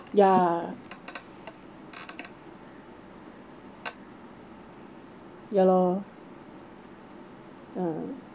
ya ya lor ah